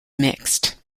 mixed